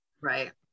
Right